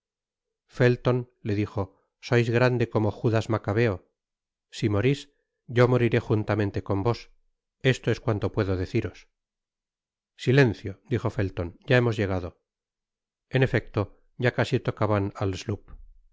felton le dijo sois grande como judas macabco si moris yo moriré juntamente con vos esto es cuanto puedo deciros silencio dijo felton ya hemos llegado en efecto ya casi tocaban al